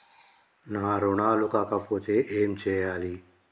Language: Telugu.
నా రుణాలు కాకపోతే ఏమి చేయాలి?